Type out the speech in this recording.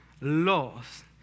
laws